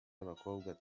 abakobwa